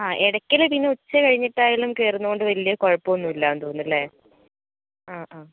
ആ എടക്കല് പിന്നെ ഉച്ച കഴിഞ്ഞിട്ടായാലും കയറുന്നോണ്ട് വലിയ കുഴപ്പമൊന്നുല്ലാന്ന് തോന്നുന്നല്ലേ അ ആ